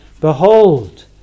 Behold